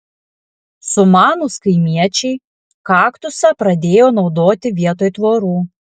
sumanūs kaimiečiai kaktusą pradėjo naudoti vietoj tvorų